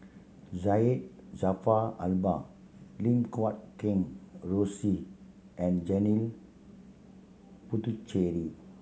Syed Jaafar Albar Lim Guat Kheng Rosie and Janil Puthucheary